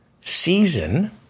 season